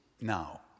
now